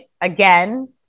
again